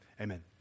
amen